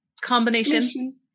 combination